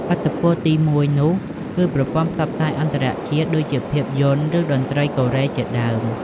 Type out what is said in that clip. ឥទ្ធិពលធំទីមួយនោះគឺ ប្រព័ន្ធផ្សព្វផ្សាយអន្តរជាតិ ដូចជា ភាពយន្ត ឬ តន្រ្តីកូរ៉េជាដើម។